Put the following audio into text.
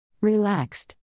Relaxed